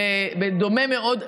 בדומה מאוד לשכיר,